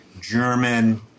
German